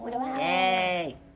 Yay